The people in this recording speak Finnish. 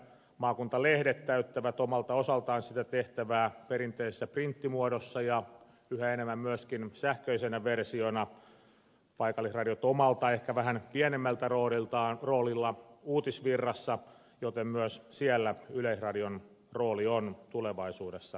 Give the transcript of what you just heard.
maakuntalehdet täyttävät omalta osaltaan sitä tehtävää perinteisessä printtimuodossa ja yhä enemmän myöskin sähköisenä versiona paikallisradiot omalla ehkä vähän pienemmällä roolilla uutisvirrassa joten myös siellä yleisradion rooli on tulevaisuudessa tärkeä